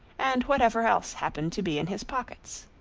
and whatever else happened to be in his pockets.